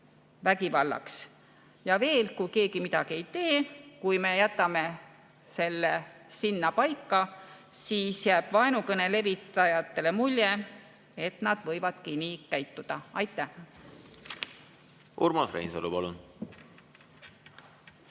vägivallaks. Ja veel, kui keegi midagi ei tee, kui me jätame selle sinnapaika, siis jääb vaenukõne levitajatele mulje, et nad võivadki nii käituda. Aitäh!